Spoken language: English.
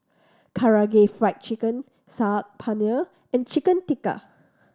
Karaage Fried Chicken Saag Paneer and Chicken Tikka